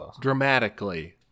dramatically